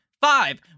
five